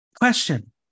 Question